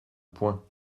point